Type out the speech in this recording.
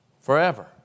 forever